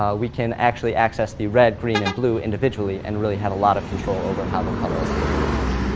ah we can actually access the red, green and blue individually and really have a lot of control over how the color appears on the page.